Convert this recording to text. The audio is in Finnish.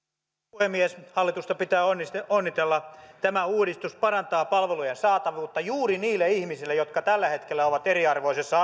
puhemies hallitusta pitää onnitella tämä uudistus parantaa palvelujen saatavuutta juuri niille ihmisille jotka tällä hetkellä ovat eriarvoisessa